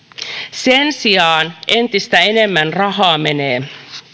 sen sijaan entistä enemmän rahaa menee